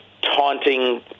taunting